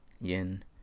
yin